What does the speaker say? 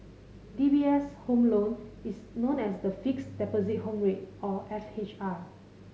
D B S' Home Loan is known as the Fixed Deposit Home Rate or F H R